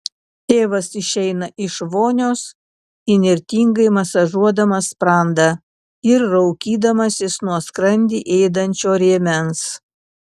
tėvas išeina iš vonios įnirtingai masažuodamas sprandą ir raukydamasis nuo skrandį ėdančio rėmens